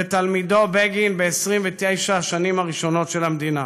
ותלמידו בגין, ב-29 השנים הראשונות של המדינה.